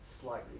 slightly